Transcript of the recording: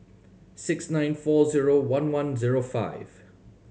six nine four zero one one zero five